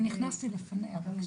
אני נכנסתי לפניה אבל.